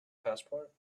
passport